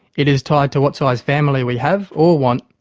it is tied to what size family we have or want,